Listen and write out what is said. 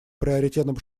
приоритетом